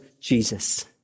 Jesus